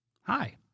Hi